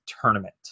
Tournament